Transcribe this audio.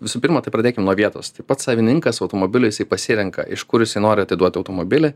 visų pirma tai pradėkim nuo vietos tai pats savininkas automobiliais pasirenka iš kur jisai nori atiduoti automobilį